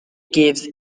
gives